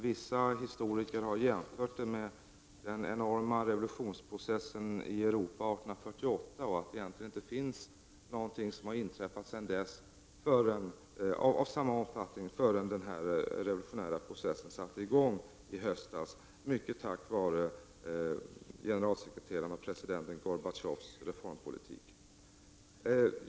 Vissa historiker har jämfört detta med den enorma revolutionsprocessen i Europa 1848 och sagt att det egentligen inte har inträffat någonting av samma omfattning sedan dess, förrän denna revolutionära process satte i gång i höstas, mycket tack vare generalsekreterare och president Gorbatjovs reformpolitik.